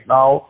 now